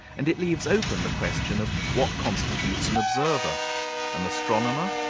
and it leaves open the question of what constitutes an observer an astronomer?